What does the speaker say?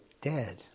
dead